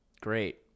great